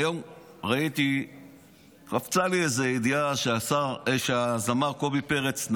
היום קפצה לי איזו ידיעה שהזמר קובי פרץ,